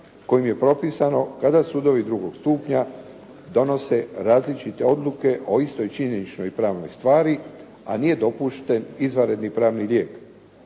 kojima je propisano kada sudovi drugog stupnja donose različite odluke o istoj činjeničnoj i pravnoj stvari, a nije dopušten izvanredni pravni lijek.